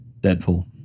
Deadpool